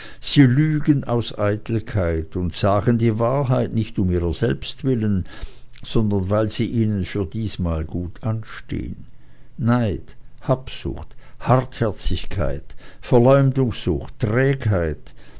sie lügen aus eitelkeit und sagen die wahrheit nicht um ihrer selbst willen sondern weil sie ihnen für diesmal gut ansteht neid habsucht hartherzigkeit verleumdungssucht trägheit